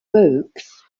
brooks